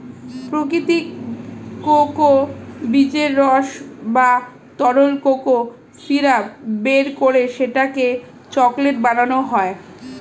প্রাকৃতিক কোকো বীজের রস বা তরল কোকো সিরাপ বের করে সেটাকে চকলেট বানানো হয়